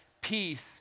peace